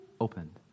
opened